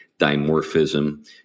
dimorphism